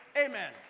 Amen